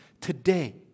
today